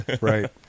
Right